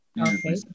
Okay